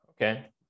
okay